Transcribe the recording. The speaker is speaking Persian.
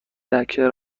لکه